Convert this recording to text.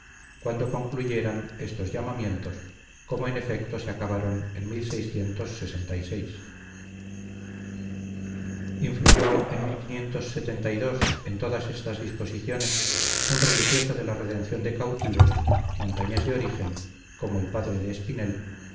cuando concluyeran estos llamamientos como en efecto se acabaron en influyó en en todas estas disposiciones un religioso de la redención de cautivos montañés de origen como el padre de espinel